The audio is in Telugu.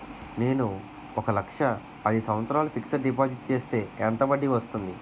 నేను ఒక లక్ష పది సంవత్సారాలు ఫిక్సడ్ డిపాజిట్ చేస్తే ఎంత వడ్డీ వస్తుంది?